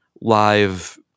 live